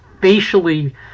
facially